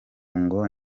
ngo